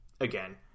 again